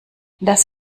das